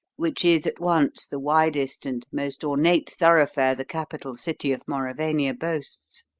which is at once the widest and most ornate thoroughfare the capital city of mauravania boasts.